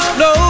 no